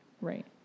Right